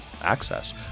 access